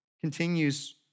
continues